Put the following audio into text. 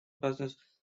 business